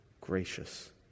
gracious